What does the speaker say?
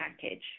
package